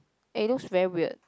eh looks very weird